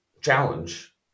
challenge